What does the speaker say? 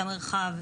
למרחב.